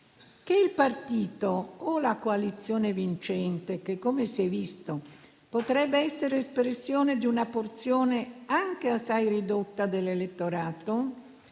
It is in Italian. che il partito o la coalizione vincente che, come si è visto, potrebbe essere espressione di una porzione anche assai ridotta dell'elettorato,